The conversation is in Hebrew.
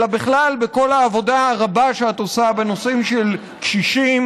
אלא בכלל בכל העבודה הרבה שאת עושה בנושאים של קשישים.